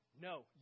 No